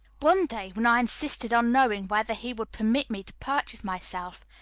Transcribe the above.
one day, when i insisted on knowing whether he would permit me to purchase myself,